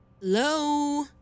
Hello